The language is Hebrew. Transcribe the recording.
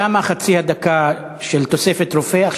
תמה חצי הדקה של תוספת רופא.